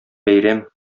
бәйрәм